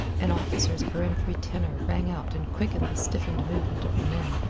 an officer's peremptory tenor rang out and quickened the stiffened movement of the men.